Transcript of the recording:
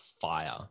fire